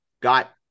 got